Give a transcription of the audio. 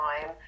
time